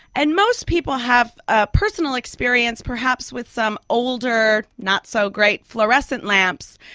and most people have a personal experience perhaps with some older, not so great fluorescent lamps,